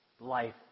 life